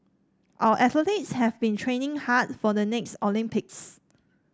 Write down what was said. our athletes have been training hard for the next Olympics